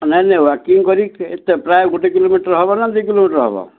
ନାଇଁ ନାଇଁ ୱାକିଂ କରିକ ଏତେ ପ୍ରାୟ ଗୋଟେ କିଲୋମିଟର ହବ ନା ଦୁଇ କିଲୋମିଟର ହବ